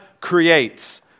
creates